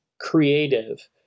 creative